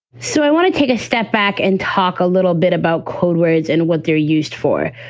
so i want to take a step back and talk a little bit about codewords and what they're used for.